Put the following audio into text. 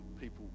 people